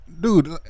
dude